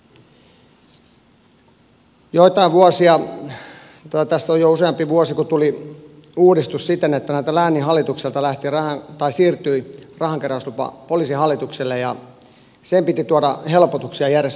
tästä on jo useampi vuosi kun tuli uudistus siten että lääninhallituksilta siirtyi rahankeräyslupa poliisihallitukselle ja sen piti tuoda helpotuksia järjestötoimintaan